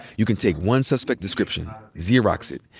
you can take one suspect description, xerox it,